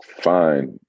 fine